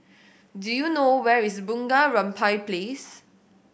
do you know where is Bunga Rampai Place